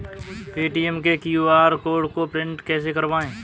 Paytm के QR code को print कैसे करवाएँ?